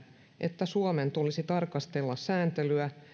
että suomen tulisi tarkastella sääntelyä